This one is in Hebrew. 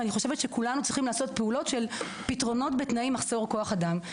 ואני חושבת שכולנו צריכים לעשות פעולות של פתרונות בתנאי מחסות כוח אדם.